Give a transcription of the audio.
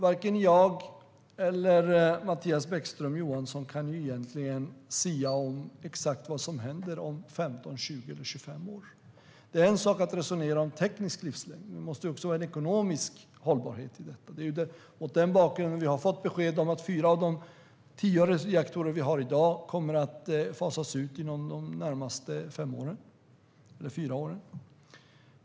Varken jag eller Mattias Bäckström Johansson kan egentligen sia om exakt vad som händer om 15, 20 eller 25 år. Det är en sak att resonera om teknisk livslängd, men det måste också finnas en ekonomisk hållbarhet i detta. Det är mot den bakgrunden vi har fått besked om att fyra av de tio reaktorer vi har i dag kommer att fasas ut inom de närmaste fyra åren.